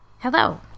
Hello